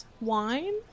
Wine